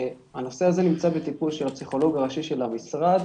הנושא הזה נמצא בטיפול של הפסיכולוג הראשי של המשרד.